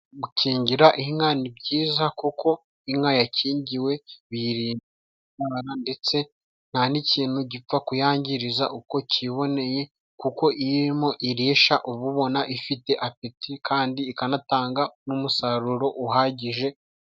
Gukingira inka ni byiza kuko inka yakingiwe biyirinda indwara, ndetse nta n'ikintu gipfa kuyangiriza uko kiboneye, kuko iyo irimo irisha, uba ubona ifite apeti kandi ikanatanga n'umusaruro uhagije.